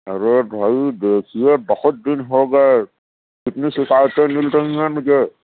ارے بھائی دیكھیے بہت دِن ہوگیے كتنی شكایتیں مل رہی ہیں مجھے